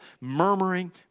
murmuring